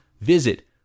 Visit